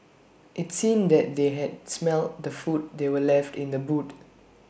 IT seemed that they had smelt the food that were left in the boot